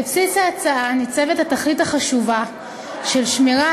בבסיס ההצעה ניצבת התכלית החשובה של שמירה